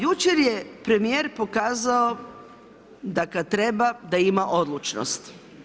Jučer je premijer pokazao da kad treba da ima odlučnost.